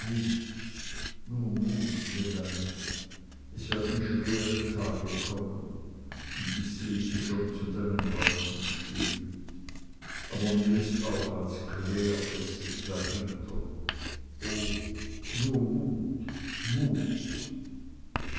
es werden schwere tage kommen und ich sehe sie schon zu deinen häupten stehen aber mir ist auch als klär es sich dahinter o nur mut mut